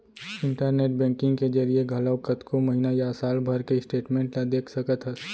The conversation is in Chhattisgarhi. इंटरनेट बेंकिंग के जरिए घलौक कतको महिना या साल भर के स्टेटमेंट ल देख सकत हस